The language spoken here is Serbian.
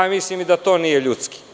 Mislim da to nije ljudski.